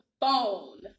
phone